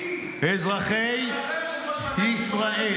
אזרחי ישראל